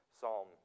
psalm